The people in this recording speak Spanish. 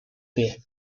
pie